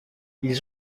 ils